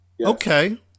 Okay